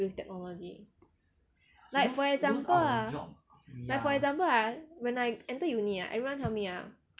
with technology like for example ah like for example ah when I enter uni ah everyone tell me ah